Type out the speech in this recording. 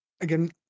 again